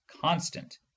constant